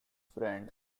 friend